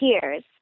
tears